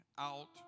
out